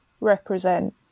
represent